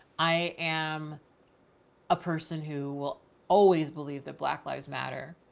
i am a person who will always believe that black lives matter.